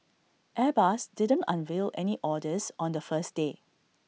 airbus didn't unveil any orders on the first day